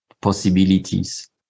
possibilities